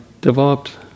developed